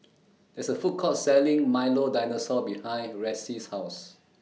There IS A Food Court Selling Milo Dinosaur behind Ressie's House